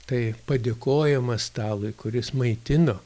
tai padėkojama stalui kuris maitino